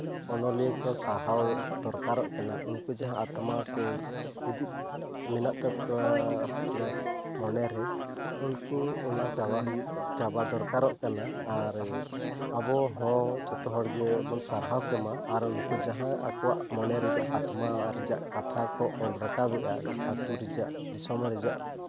ᱚᱱᱚᱞᱤᱭᱟᱹ ᱠᱚ ᱥᱟᱨᱦᱟᱣ ᱫᱚᱨᱠᱟᱨᱚᱜ ᱠᱟᱱᱟ ᱩᱱᱠᱩ ᱡᱟᱦᱟᱸ ᱟᱛᱢᱟ ᱥᱮ ᱦᱤᱸᱫᱤᱡ ᱢᱮᱱᱟᱜ ᱛᱟᱠᱚᱣᱟ ᱢᱚᱱᱮᱨᱮ ᱩᱱᱠᱩ ᱚᱱᱟ ᱪᱟᱵᱟ ᱦᱩᱭᱩᱜ ᱪᱟᱵᱟ ᱫᱚᱨᱠᱟᱨᱚᱜ ᱠᱟᱱᱟ ᱟᱨ ᱟᱵᱚᱦᱚᱸ ᱡᱚᱛᱚ ᱦᱚᱲᱵᱚᱱ ᱥᱟᱨᱦᱟᱣ ᱠᱚᱢᱟ ᱟᱨ ᱩᱱᱠᱩ ᱡᱟᱦᱟᱸ ᱟᱠᱚᱣᱟᱜ ᱢᱚᱱᱮᱨᱮ ᱟᱛᱢᱟ ᱨᱮᱭᱟᱜ ᱠᱟᱛᱷᱟ ᱠᱚ ᱚᱞ ᱨᱟᱠᱟᱵᱮᱜᱼᱟ ᱟᱹᱛᱩ ᱨᱮᱭᱟᱜ ᱫᱤᱥᱚᱢ ᱨᱮᱭᱟᱜ